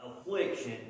affliction